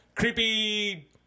Creepy